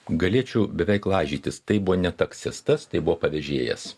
galėčiau beveik lažytis tai buvo ne taksistas tai buvo pavežėjas